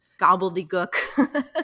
gobbledygook